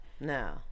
No